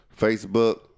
Facebook